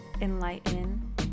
enlighten